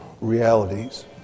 realities